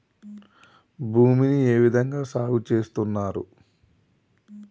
భూమిని ఏ విధంగా సాగు చేస్తున్నారు?